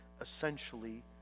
essentially